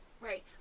right